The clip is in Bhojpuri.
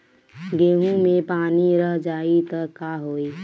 गेंहू मे पानी रह जाई त का होई?